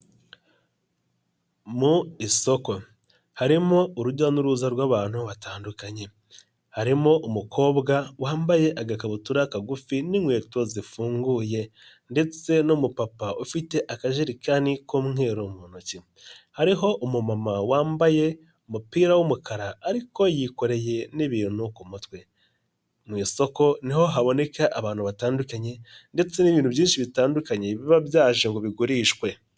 Mu isoko harimo urujya n'uruza rw'abantu batandukanye, harimo umukobwa wambaye agakabutura kagufi n'inkweto zifunguye ndetse n'umupapa ufite akajerekani k'umweru mu ntoki hariho umumama wambaye umupira w'umukara ariko yikoreye n'ibintu ku mutwe, mu isoko ni ho haboneka abantu batandukanye ndetse n'ibintu byinshi bitandukanye biba byaje ngo bigurishwe.